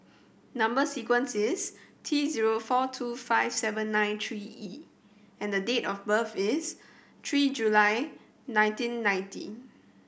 number sequence is T zero four two five seven nine three E and date of birth is three July nineteen ninety